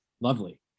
Lovely